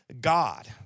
God